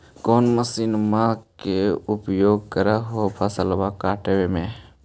कौन मसिंनमा के उपयोग कर हो फसलबा काटबे में?